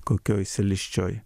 kokioj siliščioj